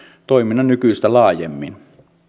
toiminnan nykyistä laajemmin